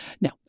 Now